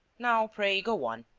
now, pray, go on.